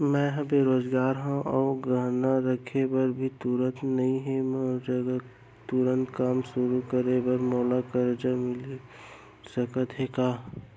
मैं ह बेरोजगार हव अऊ गहना रखे बर भी तुरंत नई हे ता तुरंत काम शुरू करे बर मोला करजा मिलिस सकत हे का?